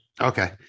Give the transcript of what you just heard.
okay